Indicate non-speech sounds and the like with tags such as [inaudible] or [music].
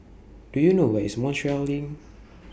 Do YOU know Where IS [noise] Montreal LINK